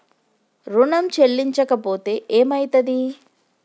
ఋణం చెల్లించకపోతే ఏమయితది?